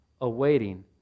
awaiting